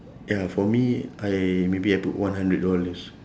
ya for me I maybe I put one hundred dollars